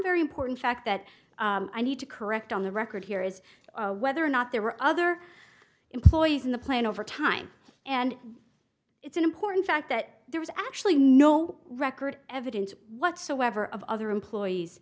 very important fact that i need to correct on the record here is whether or not there were other employees in the plan over time and it's an important fact that there was actually no record evidence whatsoever of other employees